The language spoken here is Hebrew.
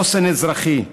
חוסן אזרחי: